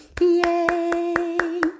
Yay